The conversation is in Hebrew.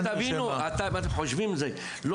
שעה אתה חושב שמישהו הגיע?